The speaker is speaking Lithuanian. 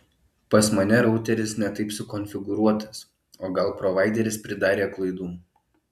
pas mane routeris ne taip sukonfiguruotas o gal provaideris pridarė klaidų